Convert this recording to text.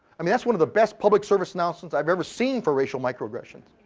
i mean that's one of the best public service announcements i've ever seen for racial microaggression,